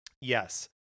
Yes